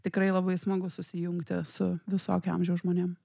tikrai labai smagu susijungti su visokio amžiaus žmonėm